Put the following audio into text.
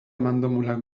mandomulak